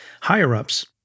higher-ups